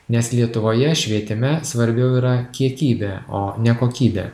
nes lietuvoje švietime svarbiau yra kiekybė o ne kokybė